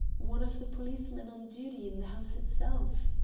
one of the policemen on duty in the house itself.